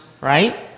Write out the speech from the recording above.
right